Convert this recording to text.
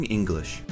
English